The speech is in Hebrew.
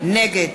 נגד